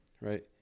Right